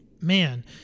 man